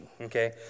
Okay